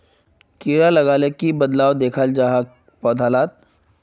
कीड़ा लगाले की बदलाव दखा जहा पौधा लात?